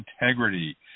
integrity